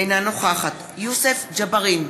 אינה נוכחת יוסף ג'בארין,